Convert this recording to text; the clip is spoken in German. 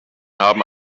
haben